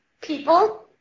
people